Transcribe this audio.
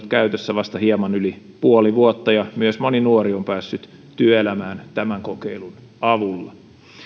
käytössä vasta hieman yli puoli vuotta ja myös moni nuori on päässyt työelämään tämän kokeilun avulla